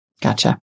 Gotcha